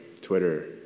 Twitter